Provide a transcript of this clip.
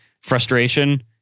frustration